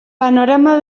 panorama